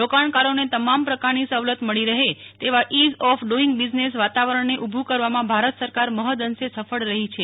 રોકાણકારોને તમામ પ્રકારની સવલત મળી રહે તેવા ઇઝ ઓફ ડુઇંગ બિઝનેસ વાતાવરણને ઉભુ કરવામાં ભારત સરકાર મહદંશે સફળ રહી છે